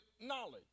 knowledge